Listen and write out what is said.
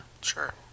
Sure